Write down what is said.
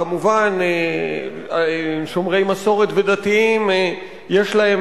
כמובן, שומרי מסורת ודתיים יש להם